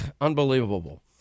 Unbelievable